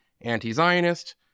anti-Zionist